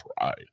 pride